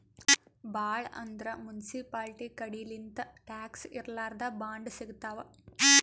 ಭಾಳ್ ಅಂದ್ರ ಮುನ್ಸಿಪಾಲ್ಟಿ ಕಡಿಲಿಂತ್ ಟ್ಯಾಕ್ಸ್ ಇರ್ಲಾರ್ದ್ ಬಾಂಡ್ ಸಿಗ್ತಾವ್